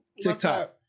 TikTok